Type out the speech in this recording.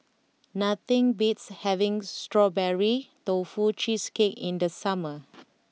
nothing beats having Strawberry Tofu Cheesecake in the summer